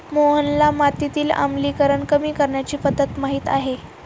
मोहनला मातीतील आम्लीकरण कमी करण्याची पध्दत माहित आहे